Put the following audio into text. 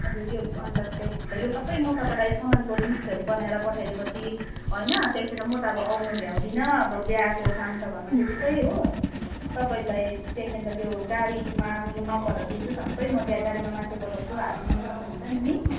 हजुर यो अन्त त्यही त यो सबै म तपाईँलाई सामानको लिस्टहरू बनाएर पठाइदिएपछि होइन त्यहाँ पछि त म त अब आउनु भ्याउँदिनँ अब बिहाको काम छ घरमा त्यतिकै हो तपाईँलाई त्यहाँदेखि त त्यो गाडीमा नम्बरहरू दिन्छु सबै म त्यहाँ गाडीमा मान्छे पठाउँछु हालिदिनु सक्नुहुन्छ नि नि